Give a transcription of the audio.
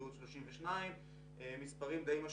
בריאות 32%. מספרים די משמעותיים.